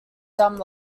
dumb